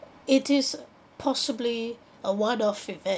it is possibly a one-off event